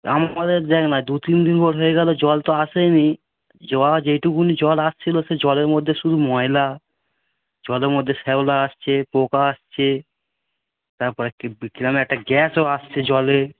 আমাদের দেখ না দু তিন দিন ভোর হয়ে গেলো জল তো আসে নি যা যেইটুকুনি জল আসছিলো সে জলের মদ্যে শুধু ময়লা জলের মধ্যে শ্যাওলা আসছ পোকা আসছে তারপর একটি বি কিরকম একটা গ্যাসও আসছে জলে